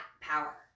power